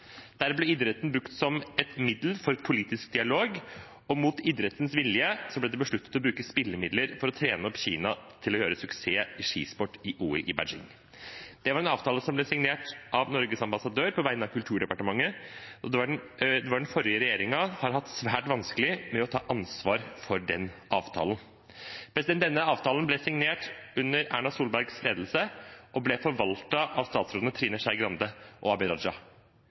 Der ble idretten brukt som et middel for politisk dialog, og mot idrettens vilje ble det besluttet å bruke spillemidler for å trene opp Kina til å gjøre suksess i skisport i OL i Beijing. Det var en avtale som ble signert av Norges ambassadør på vegne av Kulturdepartementet, og den forrige regjeringen har hatt svært vanskelig for å ta ansvar for den avtalen. Denne avtalen ble signert under Erna Solbergs ledelse og ble forvaltet av statsrådene Trine Skei Grande og Abid Raja.